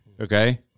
Okay